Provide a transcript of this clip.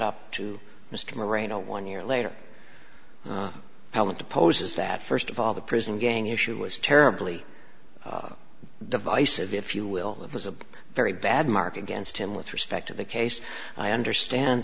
up to mr marino one year later i want to pose is that first of all the prison gang issue was terribly divisive if you will was a very bad mark against him with respect to the case i understand